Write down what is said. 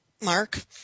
mark